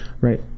right